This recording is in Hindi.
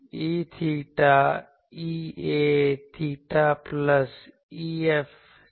E𝚹 𝚹 प्लस 𝚹 है